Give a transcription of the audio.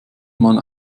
man